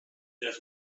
there